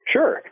Sure